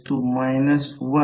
5 मिन पाथ आहे